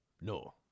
No